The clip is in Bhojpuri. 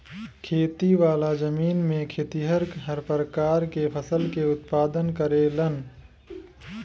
खेती वाला जमीन में खेतिहर हर प्रकार के फसल के उत्पादन करेलन